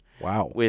Wow